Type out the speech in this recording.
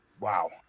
wow